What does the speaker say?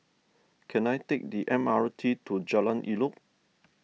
can I take the M R T to Jalan Elok